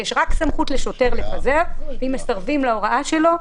רק לשוטר יש סמכות לפזר, ואם מסרבים להוראה שלו,